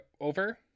over